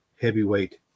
heavyweight